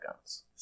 guns